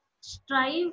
strive